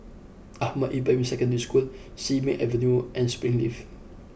Ahmad Ibrahim Secondary School Simei Avenue and Springleaf